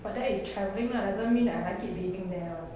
but that is travelling lah doesn't mean that I like it living there hor